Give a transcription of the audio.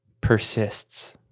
persists